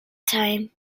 time